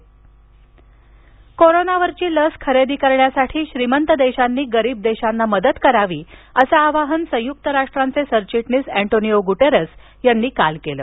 लसीकरण आवाहन कोरोनावरील लस खरेदी करण्यासाठी श्रीमंत देशांनी गरीब देशांना मदत करावी असं आवाहन संयुक राष्ट्रांचे सरचिटणीस अँटोनिओ गुटेरेस यांनी काल केलं